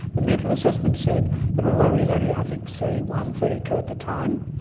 the mental assessment said that although he is only, i think, thirty one, thirty two at the time,